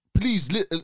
please